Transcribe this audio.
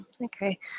Okay